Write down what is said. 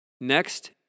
Next